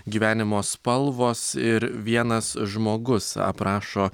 gyvenimo spalvos ir vienas žmogus aprašo